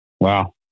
Wow